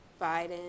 Biden